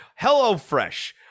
HelloFresh